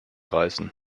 reißen